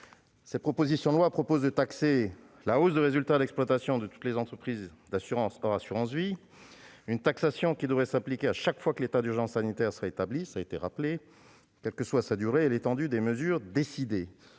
Ce texte vise à taxer la hausse du résultat d'exploitation de toutes les entreprises d'assurance, hors assurance vie. La taxation devrait s'appliquer chaque fois que l'état d'urgence sanitaire serait établi, quelles que soient sa durée et l'étendue des mesures décidées.